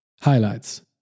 Highlights